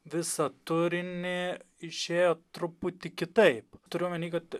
visą turinį išėjo truputį kitaip turiu omeny kad